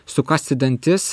sukąsti dantis